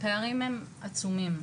הפערים הם עצומים.